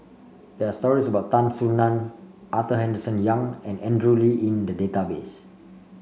there are stories about Tan Soo Nan Arthur Henderson Young and Andrew Lee in the database